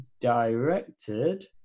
directed